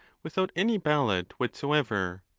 without any ballot whatsoever.